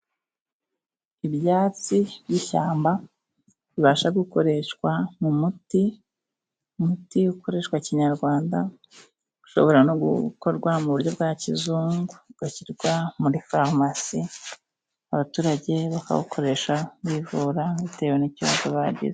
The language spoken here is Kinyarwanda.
Ibyatsi by'ishyamba bibasha gukoreshwa mu muti, umuti ukoreshwa kinyarwanda ushobora no gukorwa mu buryo bwa kizungu, ugashyirwa muri farumasi abaturage bakawukoresha bivura bitewe n'ikibazo bagize.